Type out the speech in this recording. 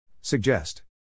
Suggest